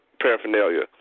paraphernalia